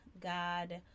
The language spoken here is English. God